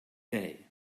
day